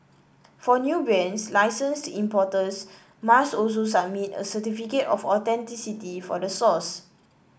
for new brands licensed importers must also submit a certificate of authenticity for the source